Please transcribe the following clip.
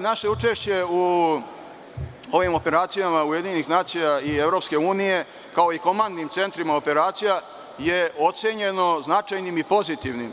Naše učešće u ovim operacijama UN i EU, kao i komandnim centrima operacija, je ocenjeno značajnim i pozitivnim,